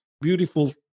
beautiful